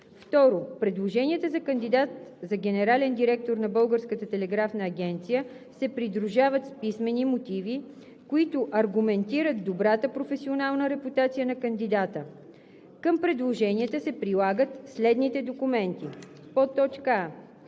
2. Предложенията за кандидат за генерален директор на Българската телеграфна агенция се придружават с писмени мотиви, които аргументират добрата професионална репутация на кандидата. Към предложенията се прилагат следните документи: